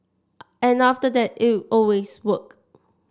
and after that it always worked